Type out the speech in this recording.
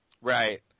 Right